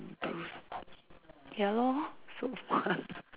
bruise ya lor so funny